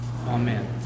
Amen